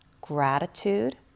gratitude